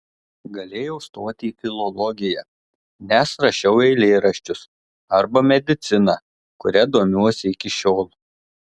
galėjau stoti į filologiją nes rašiau eilėraščius arba mediciną kuria domiuosi iki šiol